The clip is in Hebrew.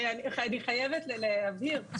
אני חייבת להבהיר,